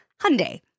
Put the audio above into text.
Hyundai